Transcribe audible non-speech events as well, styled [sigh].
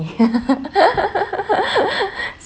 [laughs]